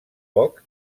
poc